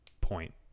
point